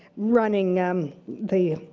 running the.